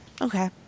Okay